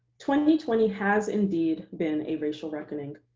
twenty twenty has indeed been a racial reckoning.